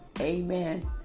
amen